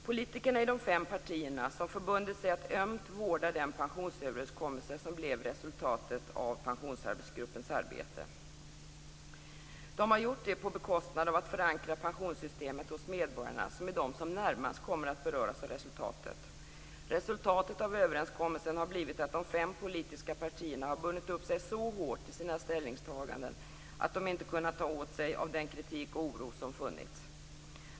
Politikerna i de fem partierna har förbundit sig att ömt vårda den pensionsöverenskommelse som blev resultatet av pensionsarbetsgruppens arbete. De har gjort det på bekostnad av att förankra pensionssystemet hos medborgarna, som är de som närmast kommer att beröras av resultatet. Resultatet av överenskommelsen har blivit att de fem politiska partierna har bundit upp sig så hårt i sina ställningstaganden att de inte kunnat ta åt sig av den kritik och oro som funnits.